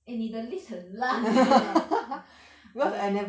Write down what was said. eh 你的 list 很懒 eh um